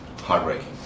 heartbreaking